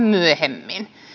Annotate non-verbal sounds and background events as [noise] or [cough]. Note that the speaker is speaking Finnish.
[unintelligible] myöhemmin